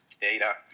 data